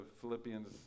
Philippians